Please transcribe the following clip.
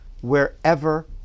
wherever